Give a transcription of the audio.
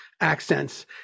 accents